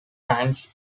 times